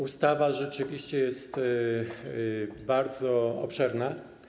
Ustawa rzeczywiście jest bardzo obszerna.